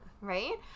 Right